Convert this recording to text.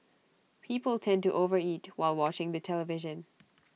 people tend to overeat while watching the television